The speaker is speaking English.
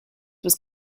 was